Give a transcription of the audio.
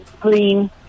green